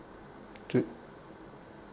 true